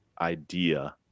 idea